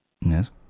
Yes